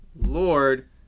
Lord